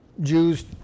Jews